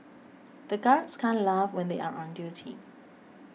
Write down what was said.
the guards can't laugh when they are on duty